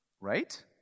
Right